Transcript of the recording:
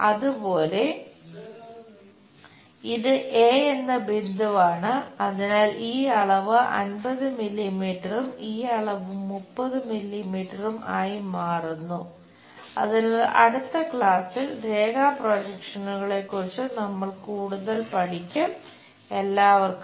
അതുപോലെ ഇത് നമ്മൾ കൂടുതൽ പഠിക്കും